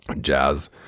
jazz